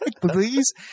please